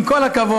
עם כל הכבוד,